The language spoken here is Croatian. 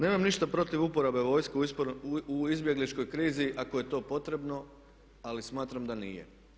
Nemam ništa protiv uporabe vojske u izbjegličkoj krizi ako je to potrebno, ali smatram da nije.